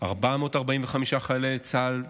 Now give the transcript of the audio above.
445 חיילי צה"ל,